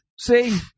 See